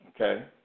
okay